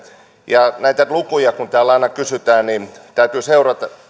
ja näitä lukuja kun täällä aina kysytään niin täytyy